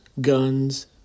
guns